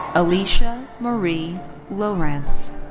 alicia marie lowrance.